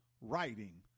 writing